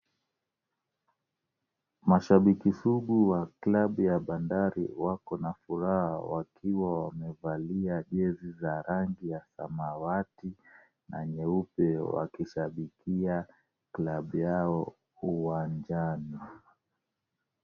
Mashabiki sugu wa club ya bandari wakona furaha wakiwa wamevalia jezi za rangi ya samawati na nyeupe wakishabikia club yao uwanjani.